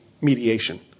mediation